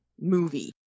movie